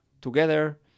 together